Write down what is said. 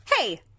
Hey